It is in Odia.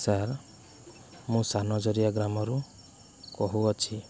ସାର୍ ମୁଁ ସାନଜରିଆ ଗ୍ରାମରୁ କହୁଅଛି